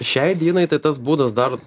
šiai dienai tai tas būdas dar